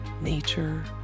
nature